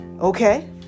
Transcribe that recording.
Okay